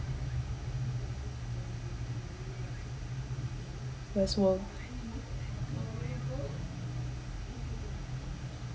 westworld